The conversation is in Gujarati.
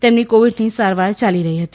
તેમની કોવિડની સારવાર ચાલી રહી હતી